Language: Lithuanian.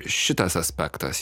šitas aspektas